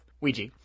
Ouija